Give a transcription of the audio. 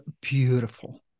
beautiful